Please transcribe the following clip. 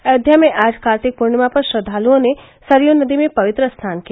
अयोध्या में आज कार्तिक पूर्णिमा पर श्रद्वालुओं ने सरयू नदी में पवित्र स्नान किया